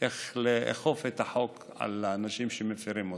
איך לאכוף את החוק על אנשים שמפירים אותו.